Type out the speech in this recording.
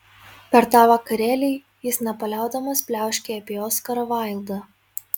per tą vakarėlį jis nepaliaudamas pliauškė apie oskarą vaildą